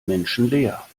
menschenleer